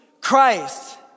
Christ